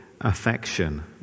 affection